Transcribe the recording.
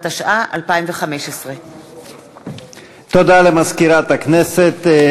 התשע"ה 2015. תודה למזכירת הכנסת.